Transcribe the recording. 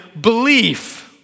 belief